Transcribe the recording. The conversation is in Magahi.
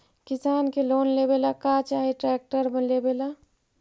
किसान के लोन लेबे ला का चाही ट्रैक्टर लेबे ला?